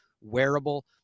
wearable